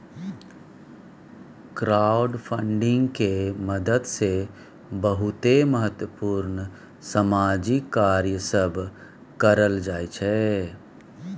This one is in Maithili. क्राउडफंडिंग के मदद से बहुते महत्वपूर्ण सामाजिक कार्य सब करल जाइ छइ